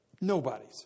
Nobody's